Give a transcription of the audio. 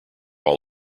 all